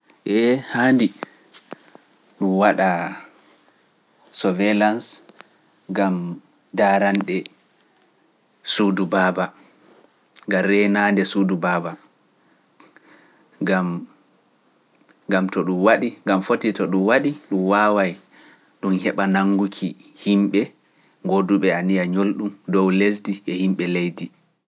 Ee haandi ɗum waɗa surveillance gam daarande suudu baaba, gam reenaande suudu baaba, gam to ɗum waɗi, gam foti to ɗum waɗi ɗum waaway ɗum heɓa nannguki yimɓe gooduɓe a niya ñolɗum dow lesdi e yimɓe leydi.